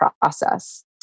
process